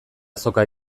azoka